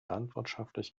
landwirtschaftlich